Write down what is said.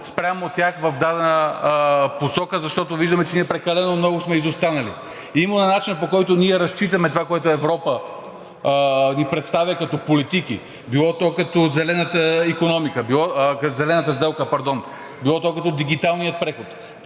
спрямо тях в дадена посока, защото виждаме, че ние прекалено много сме изостанали. Именно начинът, по който ние разчитаме това, което Европа ни представя като политики – било то като зелената сделка, било то като дигиталния преход,